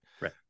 Right